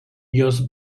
jos